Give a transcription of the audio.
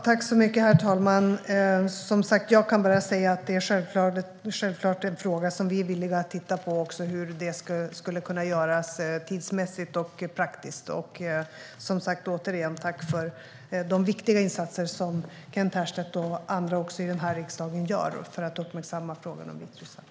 Herr talman! Jag kan som sagt bara säga att det är en fråga som vi är villiga att titta på. Det gäller också hur det skulle kunna göras tidsmässigt och praktiskt. Återigen, tack för de viktiga insatser som Kent Härstedt och andra i riksdagen gör för att uppmärksamma frågan om Vitryssland!